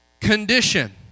condition